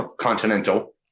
continental